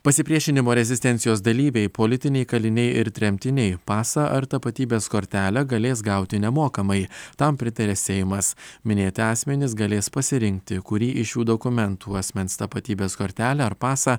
pasipriešinimo rezistencijos dalyviai politiniai kaliniai ir tremtiniai pasą ar tapatybės kortelę galės gauti nemokamai tam pritarė seimas minėti asmenys galės pasirinkti kurį iš šių dokumentų asmens tapatybės kortelę ar pasą